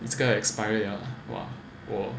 it's going expired 了 !wah! !wah!